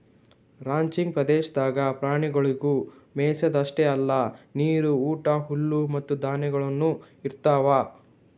ranching ಪ್ರದೇಶದಾಗ್ ಪ್ರಾಣಿಗೊಳಿಗ್ ಮೆಯಿಸದ್ ಅಷ್ಟೆ ಅಲ್ಲಾ ನೀರು, ಊಟ, ಹುಲ್ಲು ಮತ್ತ ಧಾನ್ಯಗೊಳನು ಇರ್ತಾವ್